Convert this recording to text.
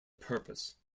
purpose